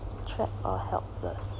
trapped or helpless